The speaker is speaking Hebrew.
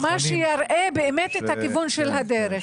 זה מה שיראה באמת את הכיוון של הדרך,